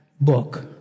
book